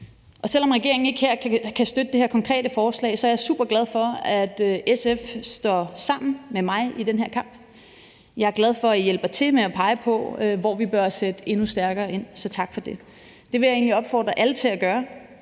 få. Selv om regeringen ikke kan støtte det her konkrete forslag, er jeg superglad for, at SF står sammen med mig i den her kamp. Jeg er glad for, at I hjælper til med at pege på, hvor vi bør sætte endnu stærkere ind, så tak for det. Det vil jeg egentlig opfordre alle til at gøre.